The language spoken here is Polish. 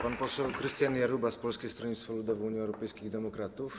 Pan poseł Krystian Jarubas, Polskie Stronnictwo Ludowe - Unia Europejskich Demokratów.